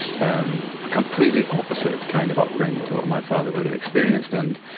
um a completely opposite kind of upbringing to what my father would have experienced. and,